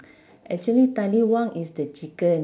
actually taliwang is the chicken